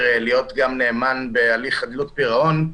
להיות גם נאמן בהליך חדלות פירעון.